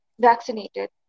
vaccinated